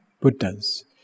Buddhas